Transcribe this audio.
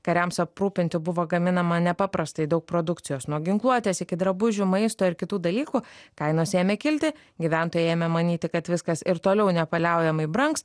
kariams aprūpinti buvo gaminama nepaprastai daug produkcijos nuo ginkluotės iki drabužių maisto ir kitų dalykų kainos ėmė kilti gyventojai ėmė manyti kad viskas ir toliau nepaliaujamai brangs